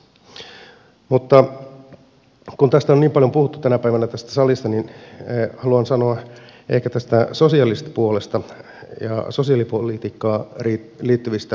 mutta kun tästä on niin paljon puhuttu tänä päivänä tässä salissa niin haluan sanoa ehkä tästä sosiaalisesta puolesta ja sosiaalipolitiikkaan liittyvistä budjettipäätöksistä